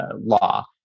law